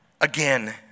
again